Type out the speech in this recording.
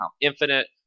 Infinite